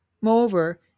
Moreover